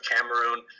Cameroon